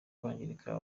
kwangirika